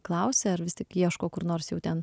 klausia ar vis tik ieško kur nors jau ten